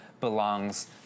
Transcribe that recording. belongs